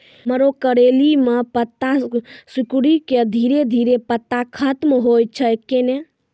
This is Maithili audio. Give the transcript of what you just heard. मरो करैली म पत्ता सिकुड़ी के धीरे धीरे पत्ता खत्म होय छै कैनै?